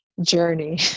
journey